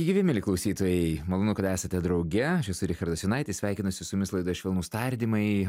gyvi mieli klausytojai malonu kad esate drauge aš esu richardas jonaitis sveikinuosi su jumis laidoje švelnūs tardymai